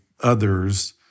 others